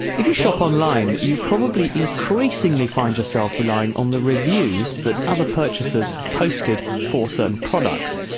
if you shop online you probably increasingly find yourself relying on the reviews that other purchasers have posted for certain products.